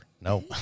No